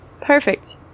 Perfect